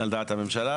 על דעת הממשלה,